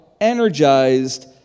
energized